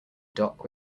dock